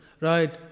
right